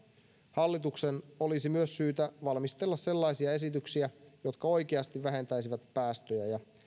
hallituksen olisi myös syytä valmistella sellaisia esityksiä jotka oikeasti vähentäisivät päästöjä ja